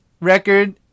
record